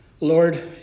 Lord